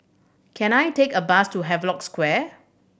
can I take a bus to Havelock Square